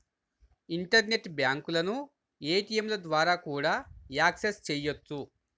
internet బ్యాంకులను ఏటీయంల ద్వారా కూడా యాక్సెస్ చెయ్యొచ్చు